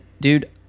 dude